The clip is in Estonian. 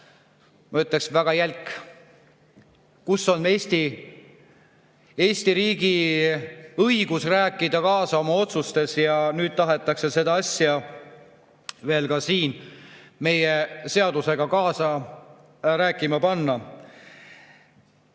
Ma ütleksin, väga jälk! Kus on Eesti riigi õigus rääkida kaasa oma otsustes? Ja nüüd tahetakse seda asja veel ka siin meie seadusega kaasa rääkima panna.